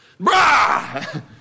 Brah